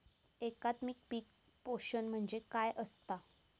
एकात्मिक पीक पोषण म्हणजे काय असतां?